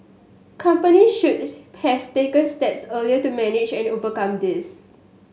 company should have taken steps early to managed and overcome this